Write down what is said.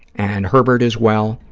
and herbert is well,